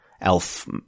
elf